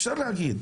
אפשר להגיד.